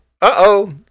Uh-oh